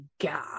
God